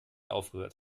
aufgehört